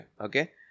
Okay